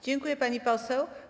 Dziękuję, pani poseł.